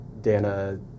Dana